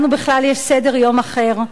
לנו בכלל יש סדר-יום אחר.